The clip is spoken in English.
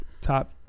top